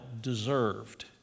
deserved